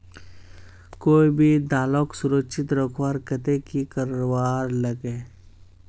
कोई भी दालोक सुरक्षित रखवार केते की करवार लगे?